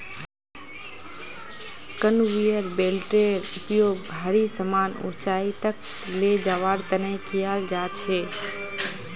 conveyor बेल्टेर उपयोग भारी समान ऊंचाई तक ले जवार तने कियाल जा छे